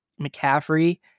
McCaffrey